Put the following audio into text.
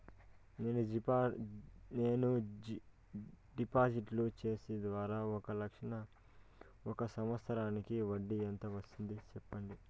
నేను డిపాజిట్లు చేసిన తర్వాత ఒక లక్ష కు ఒక సంవత్సరానికి వడ్డీ ఎంత వస్తుంది? సెప్పండి?